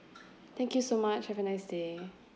thank you so much have a nice day